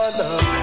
love